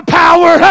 power